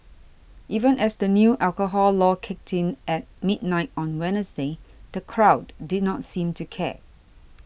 even as the new alcohol law kicked in at midnight on Wednesday the crowd did not seem to care